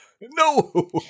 No